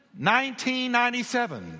1997